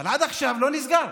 אבל עד עכשיו הוא לא נסגר.